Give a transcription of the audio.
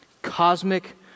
cosmic